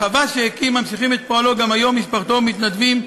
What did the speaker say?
בחווה שהקים ממשיכים את פועלו גם היום משפחתו ומתנדבים,